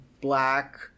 black